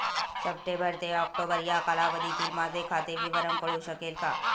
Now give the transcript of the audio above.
September ते October या कालावधीतील माझे खाते विवरण कळू शकेल का?